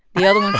the other ones